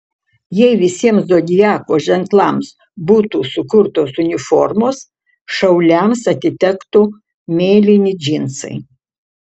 jei visiems zodiako ženklams būtų sukurtos uniformos šauliams atitektų mėlyni džinsai